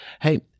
Hey